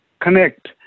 connect